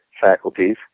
faculties